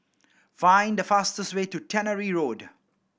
find the fastest way to Tannery Road